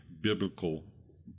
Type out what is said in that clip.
biblical